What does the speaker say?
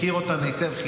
מכיר אותן היטב.